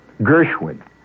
Gershwin